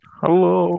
hello